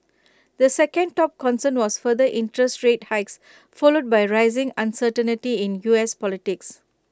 the second top concern was further interest rate hikes followed by rising uncertainty in us politics